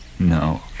No